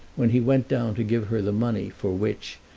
when he went down to give her the money for which,